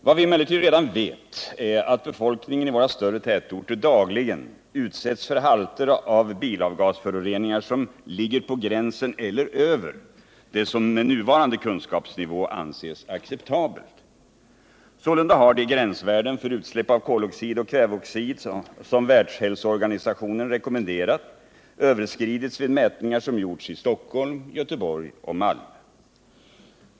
Vad vi emellertid redan vet är att befolkningen i våra större tätorter dagligen utsätts för halter av bilavgasföroreningar som ligger på gränsen för eller över det som med nuvarande kunskapsnivå anses acceptabelt. Sålunda har de gränsvärden för utsläpp av koloxid och kväveoxid som världshälsoorganisationen rekommenderat överskridits vid mätningar som gjorts i Stockholm, Göteborg och Malmö.